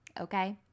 okay